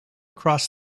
cross